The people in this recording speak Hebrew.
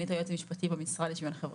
סגנית היועץ המשפטי במשרד לשוויון חברתי.